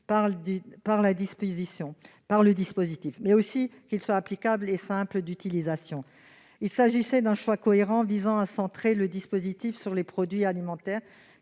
par le dispositif, mais aussi que ce dernier soit applicable et simple d'utilisation. Il s'agissait d'un choix cohérent, visant à centrer le dispositif sur les produits alimentaires